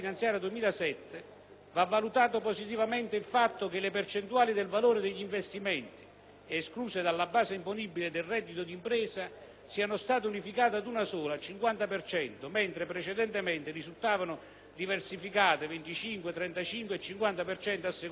va valutato positivamente il fatto che le percentuali del valore degli investimenti, escluse dalla base imponibile del reddito di impresa, siano state unificate ad una sola (50 per cento), mentre precedentemente risultavano diversificate (25, 35 e 50 per cento, a seconda dei casi).